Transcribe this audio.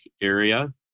area